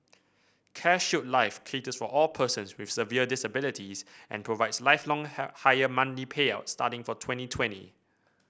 CareShield Life caters for all persons with severe disabilities and provides lifelong higher monthly payouts starting from twenty twenty